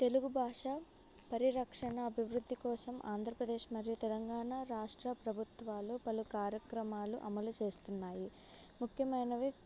తెలుగు భాష పరిరక్షణ అభివృద్ధి కోసం ఆంధ్రప్రదేశ్ మరియు తెలంగాణ రాష్ట్ర ప్రభుత్వాలు పలు కార్యక్రమాలు అమలు చేస్తున్నాయి ముఖ్యమైనవి